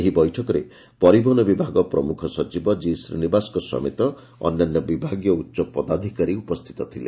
ଏହି ବୈଠକରେ ପରିବହନ ବିଭାଗ ପ୍ରମୁଖ ସଚିବ କି ଶ୍ରୀନିବାସଙ୍କ ସମେତ ଅନ୍ୟାନ୍ୟ ବିଭାଗୀୟ ଉଚ୍ଚପଦାଧକାରୀ ଉପସ୍ତିତ ଥିଲେ